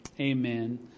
Amen